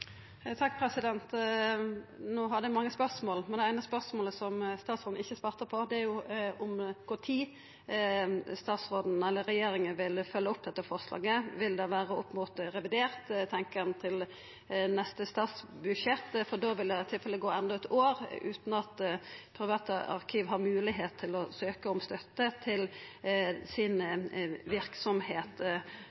No hadde eg mange spørsmål, men det eine spørsmålet statsråden ikkje svarte på, var om kva tid statsråden eller regjeringa vil følgja opp dette forslaget. Vil det vera i samband med revidert budsjett, eller tenkjer ein neste statsbudsjett? Då vil det i tilfelle gå enda eit år utan at kvart arkiv har moglegheit til å søkja om støtte til